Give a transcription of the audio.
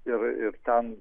ir ir ten